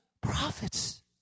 prophets